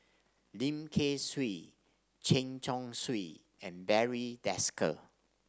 Lim Kay Siu Chen Chong Swee and Barry Desker